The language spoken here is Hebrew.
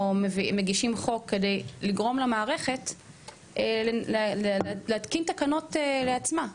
או מגישים חוק כדי לגרום למערכת להתקין תקנות לעצמה.